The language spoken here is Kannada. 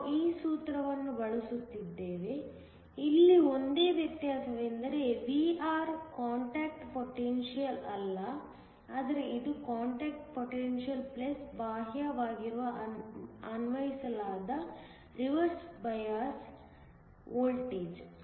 ನಾವು ಆ ಸೂತ್ರವನ್ನು ಬಳಸುತ್ತಿದ್ದೇವೆ ಇಲ್ಲಿ ಒಂದೇ ವ್ಯತ್ಯಾಸವೆಂದರೆ Vr ಕಾಂಟಾಕ್ಟ್ ಪೊಟೆನ್ಶಿಯಲ್ ಅಲ್ಲ ಆದರೆ ಇದು ಕಾಂಟಾಕ್ಟ್ ಪೊಟೆನ್ಶಿಯಲ್ ಬಾಹ್ಯವಾಗಿ ಅನ್ವಯಿಸಲಾದ ರಿವರ್ಸ್ ಬಯಾಸ್ ವೋಲ್ಟೇಜ್